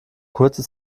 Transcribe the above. kurze